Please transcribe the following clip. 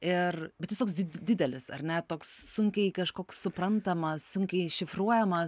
ir bet jis toks did didelis ar ne toks sunkiai kažkoks suprantamas sunkiai iššifruojamas